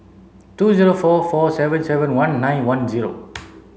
two zero four four seven seven one nine one zero